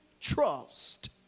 trust